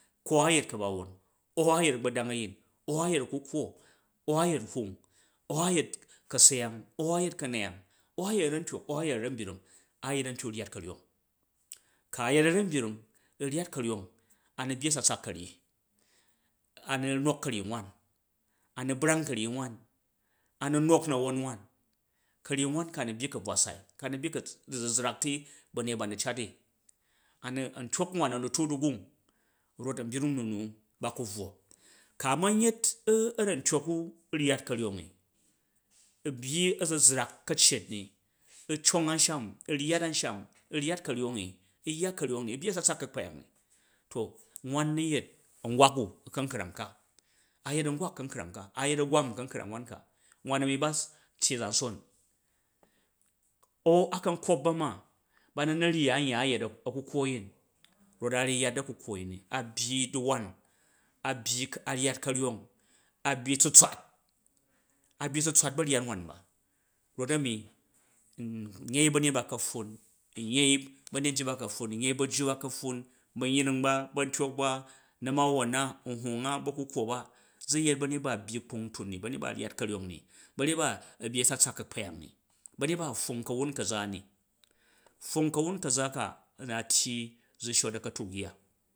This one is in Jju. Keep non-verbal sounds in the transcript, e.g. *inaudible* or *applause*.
Ka a̱yet ka̱ba̱won au a̱ yet a̱gba̱dang a̱yin au a̱yet a̱kukkwo, au a̱yet hwung au a̱yet ka̱seyang au a̱yet ka̱neyang au a̱rcontyok au a̱yet a̱ranbyrng, a̱yet only ryat ka̱ryong. Ku a̱yet ara̱nbyoung a̱ryat ka̱ryong a na̱ byyi a̱tsatsak ka̱ryi, a̱nu nok ka̱ryi wan, a̱ nu nok na̱won wan, ka̱ryi wan ka a̱ nu̱ byi ka̱bvwa sai, ka nu̱ byi kab, du̱zuzzrak ti ba̱myet ba nu̱ eat ni a ni a̱ntyok wan nu a̱ nu tra du̱gung rot a̱nbyring nu na ba ku̱ bvwo, ka ma̱n yetu ara̱ntyok u̱ ryat ka̱ryong u̱ byyi a̱zuzrak ka̱cet ru u̱ cong a̱nsham, u̱ ryat a̱nsham u̱ ryat ka̱ryong, u̱byyi a̱tsa̱tsak ka̱kpyang ni to wan na̱ yet a̱ngwak u u̱ ka̱nkrang ka a̱ yet a̱ngwak u̱ ka̱n krang ka a̱yet a̱gwam u̱ ka̱nkrang wan ka wan a̱mi ba tyi a̱za̱son *hesitation* au a kan kop ba ma, ba nu na̱ ryi a̱mye a̱yet a̱kukkwo a̱yin rot a̱ ryat di a̱kukkwo a̱yin ni a̱ byi di̱uvan, a̱ ryat ka̱ryong a̱ byi tsutswat, a̱ byi tsutswat u̱ ba̱ryat wan ba rot a̱nu n yei ba̱nyet ba ka̱pffun n yei ba̱nyet njit ba ka̱pffun, nyei ba̱jju ba nyei ba̱nyring ba ba̱ntyok ba na̱ma̱won na nhwung a ba̱kukuwo ba zu yet ba̱nyet ba a̱byi kpungtun ni ba̱nyet ba a̱ ryat ka̱ryong i ba̱nyet ba a̱ bgyi a̱tsatsak ka̱za ni, pfong ka̱wun ka̱za ka a̱ na tyi zu shot katu wuyya.